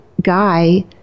guy